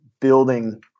building